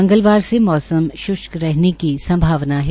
मंगलवार से मौसम शृष्क रहने की संभावना है